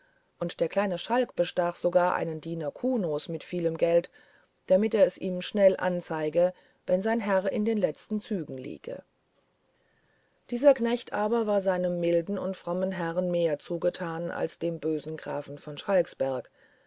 und der kleine schalk bestach sogar einen diener kunos mit vielem geld damit er es ihm schnell anzeige wenn sein herr in den letzten zügen liege dieser knecht aber war seinem milden und frommen herrn mehr zugetan als dem bösen grafen von schalksberg